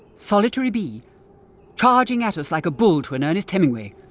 solitary bee charging at us like a bull to an ernest hemingway!